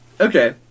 Okay